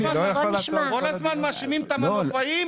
כל הזמן מאשימים את המנופאים,